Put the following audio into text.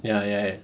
ya ya